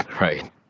right